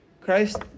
christ